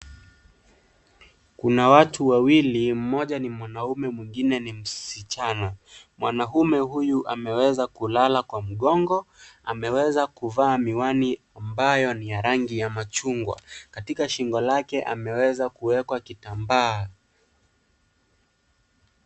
Kuna watu wawili mmoja ni mwanaume mwingine ni msichana, mwanaume huyu ameweza kulala kwa mgongo, ameweza kuvaa miwani ambayo ni ya rangi ya machungwa, katika shingo lake ameweza kuwekwa kitambaa.